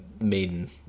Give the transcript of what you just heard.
Maiden